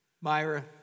Myra